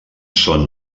són